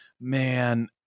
man